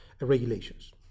regulations